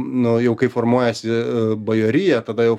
nu jau kai formuojasi bajorija tada jau